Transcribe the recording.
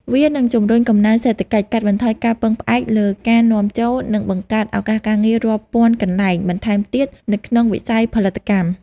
វានឹងជំរុញកំណើនសេដ្ឋកិច្ច កាត់បន្ថយការពឹងផ្អែកលើការនាំចូល និងបង្កើតឱកាសការងាររាប់ពាន់កន្លែងបន្ថែមទៀតនៅក្នុងវិស័យផលិតកម្ម។